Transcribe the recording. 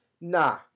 nah